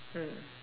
mm